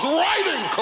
writing